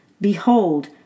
Behold